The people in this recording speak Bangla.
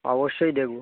অবশ্যই দেখবো